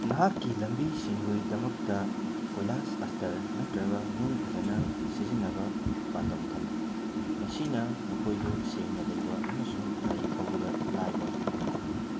ꯅꯍꯥꯛꯀꯤ ꯂꯝꯕꯤꯁꯤꯡꯒꯤꯗꯃꯛꯇ ꯀꯣꯏꯂꯥꯁ ꯑꯁꯇꯔ ꯅꯠꯇ꯭ꯔꯒ ꯅꯨꯡ ꯐꯖꯅ ꯁꯤꯖꯤꯟꯅꯕ ꯄꯥꯟꯗꯝ ꯊꯝꯃꯨ ꯃꯁꯤꯅ ꯃꯈꯣꯏꯗꯨ ꯁꯦꯡꯅ ꯂꯩꯕ ꯑꯃꯁꯨꯡ ꯒꯥꯔꯤ ꯊꯧꯕꯗ ꯂꯥꯏꯕ ꯑꯣꯏꯅꯕꯅꯤ